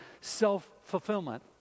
self-fulfillment